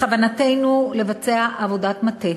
בכוונתנו לבצע עבודת מטה